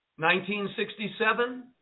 1967